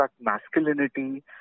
masculinity